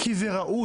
כי זה ראוי,